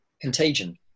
Contagion